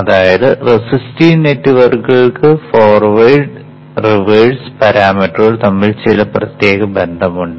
അതായത് റെസിസ്റ്റീവ് നെറ്റ്വർക്കുകൾക്ക് forward reverse പാരാമീറ്ററുകൾ തമ്മിൽ ചില പ്രത്യേക ബന്ധമുണ്ട്